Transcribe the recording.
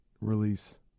release